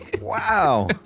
Wow